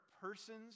persons